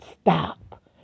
stop